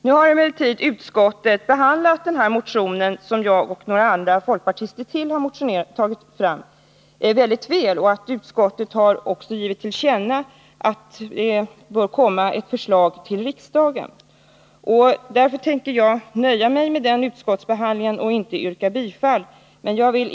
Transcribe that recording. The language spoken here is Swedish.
Nu har emellertid utskottet välvilligt behandlat den motion som jag och några andra folkpartister har väckt, och utskottet har också givit till känna att det bör komma ett förslag till riksdagen. Därför tänker jag nöja mig med den utskottsbehandlingen och skall inte yrka bifall till motionen.